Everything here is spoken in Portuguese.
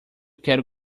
quero